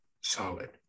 solid